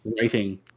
writing